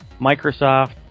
Microsoft